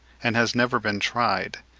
and has never been tried,